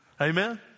amen